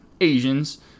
Asians